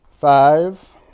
Five